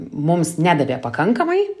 mums nedavė pakankamai